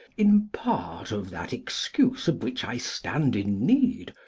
in part of that excuse of which i stand in need,